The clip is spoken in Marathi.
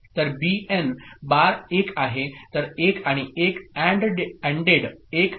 तर बीएन बार 1 आहे तर 1 आणि 1 ANDड 1 आहे